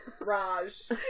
Raj